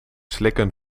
slikken